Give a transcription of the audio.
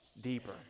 deeper